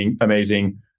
amazing